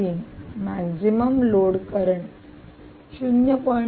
3 maximum load current 0